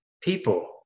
People